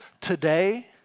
today